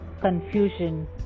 confusion